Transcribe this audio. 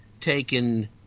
taken